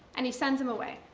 and he sends him away.